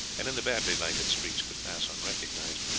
and in the badly-lighted streets could pass unrecognized.